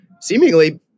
seemingly